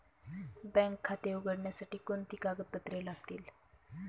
Bank खाते उघडण्यासाठी कोणती कागदपत्रे लागतील?